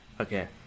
Okay